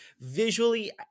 Visually